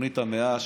תוכנית המאה,